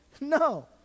No